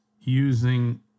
using